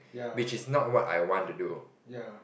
which is not what I want to do